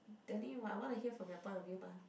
telling you what I wanna hear from your point of view mah